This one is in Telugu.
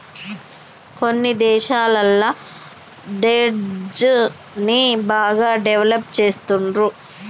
కొన్ని దేశాలల్ల దెబ్ట్ ని బాగా డెవలప్ చేస్తుండ్రు